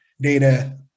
data